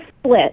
split